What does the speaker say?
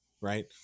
right